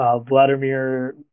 Vladimir